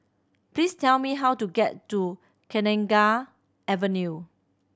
please tell me how to get to Kenanga Avenue